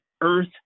earth